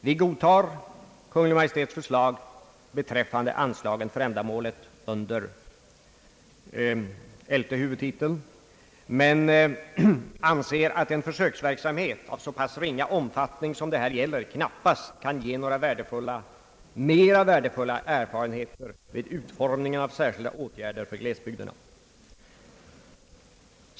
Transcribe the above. Vi godtar Kungl. Maj:ts förslag beträffande anslagen för ändamålet under elfte huvudtiteln men anser att en försöksverksamhet av så pass ringa omfattning som den det här gäller knappast kan ge några mera värdefulla erfarenheter vid utformningen av särskilda åtgärder för glesbygderna.